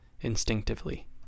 instinctively